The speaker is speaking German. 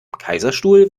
kaiserstuhl